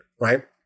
right